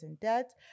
debt